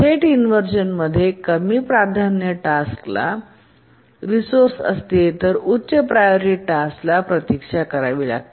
थेट इन्व्हरझन मध्ये कमी प्राधान्य टास्क त रिसोर्से असते तर उच्च प्रायोरिटी टास्क प्रतीक्षा करावी लागते